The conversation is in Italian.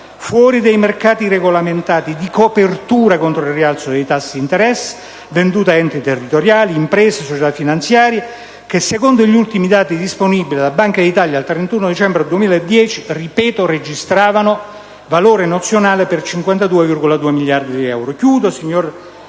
fuori da mercati regolamentati) di copertura contro il rialzo dei tassi di interesse venduti a enti territoriali, imprese, società finanziarie che, secondo gli ultimi dati disponibili della Banca d'Italia al 31 dicembre 2010, registravano perdite - lo ripeto - del valore nozionale di 52,2 miliardi di euro. I derivati